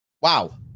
wow